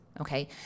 okay